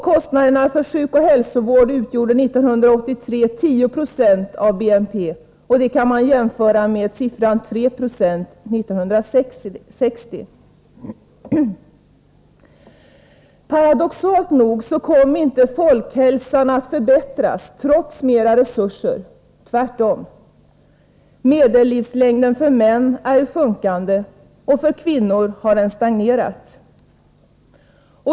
Kostnaderna för sjukoch hälsovård utgjorde 10 96 av BNP 1983 — att jämföras med 3 90 1960. Paradoxalt nog kom inte folkhälsan att förbättras trots mera resurser — tvärtom. Medellivslängden för män är i sjunkande — för kvinnor har den stagnerat.